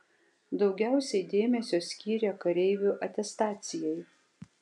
daugiausiai dėmesio skyrė kareivių atestacijai